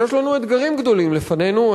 ויש לנו אתגרים גדולים לפנינו,